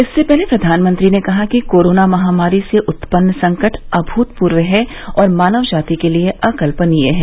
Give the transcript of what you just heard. इससे पहले प्रधानमंत्री ने कहा कि कोरोना महामारी से उत्पन्न संकट अभूतपूर्व है और मानव जाति के लिए अकल्पनीय है